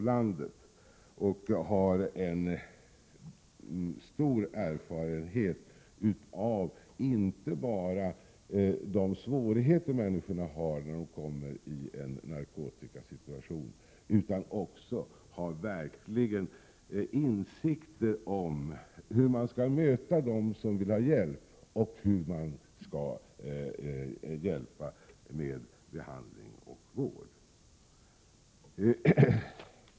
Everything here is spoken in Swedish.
Organisationen harinte bara stor erfarenhet av de svårigheter människor har när de hamnar i en narkotikasituation, utan den har verkligen också insikt om hur man skall möta dem som vill ha hjälp och hur man skall hjälpa dem med behandling och vård.